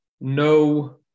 no